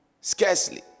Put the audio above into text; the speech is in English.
Scarcely